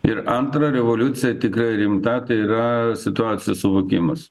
ir antra revoliucija tikrai rimta tai yra situacijos suvokimas